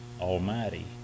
almighty